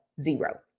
zero